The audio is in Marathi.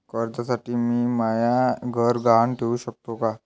कर्जसाठी मी म्हाय घर गहान ठेवू सकतो का